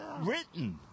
written